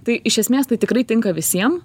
tai iš esmės tai tikrai tinka visiem